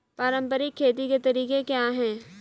पारंपरिक खेती के तरीके क्या हैं?